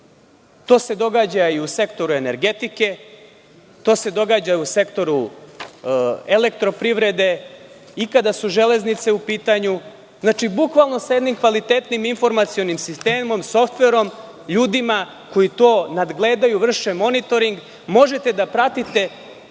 To se događa i u sektoru energetike, u sektoru elektro-privrede i kada su „Železnice“ u pitanju. Dakle, bukvalno sa jednim kvalitetnim informacionim sistemom i softverom, ljudima koji to nadgledaju, vrše monitoring, možete da pratite